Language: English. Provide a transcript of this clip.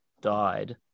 died